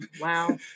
Wow